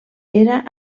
era